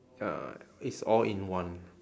ya it's all in one